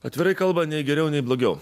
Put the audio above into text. atvirai kalbant nei geriau nei blogiau